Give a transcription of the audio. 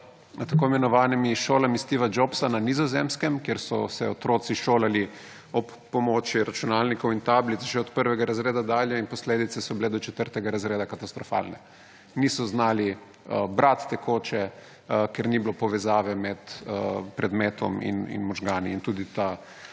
tako imenovanimi šolami Steva Jobsa na Nizozemskem, kjer so se otroci šolali ob pomoči računalnikov in tablic že od prvega razreda dalje, in posledice so bile do četrtega razreda katastrofalne. Niso znali brati tekoče, ker ni bilo povezave med predmetom in možgani, in tudi